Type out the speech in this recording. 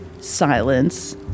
Silence